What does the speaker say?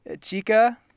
Chica